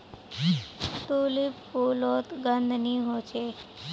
tulip फुलोत गंध नि होछे